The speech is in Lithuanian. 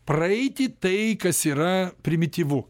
praeiti tai kas yra primityvu